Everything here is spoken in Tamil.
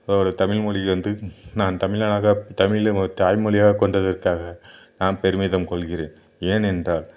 இப்போ ஒரு தமிழ்மொழி வந்து நான் தமிழனாக தமிழை மொத தாய்மொழியாக கொண்டதற்காக நான் பெருமிதம் கொள்கிறேன் ஏன் என்றால்